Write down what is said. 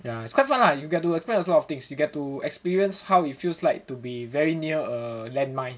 ya it's quite fun lah you get to experience a lot of things you get to experience how it feels like to be very near a land mine